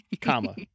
Comma